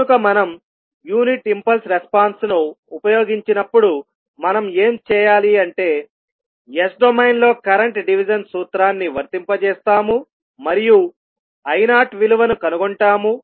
కనుక మనం unit impulse response ను ఉపయోగించినప్పుడు మనం ఏమి చేయాలంటే S డొమైన్లో కరెంట్ డివిజన్ సూత్రాన్ని వర్తింపజేస్తాము మరియు i0 విలువను కనుగొంటాము